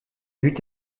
but